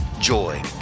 joy